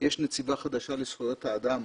יש נציבה חדשה לזכויות האדם